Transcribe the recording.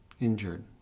injured